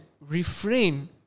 refrain